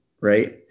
right